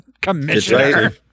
Commissioner